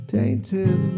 Tainted